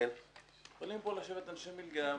יכולים לשבת פה אנשי "מילגם",